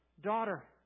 Daughter